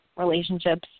relationships